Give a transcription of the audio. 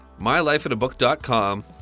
mylifeinabook.com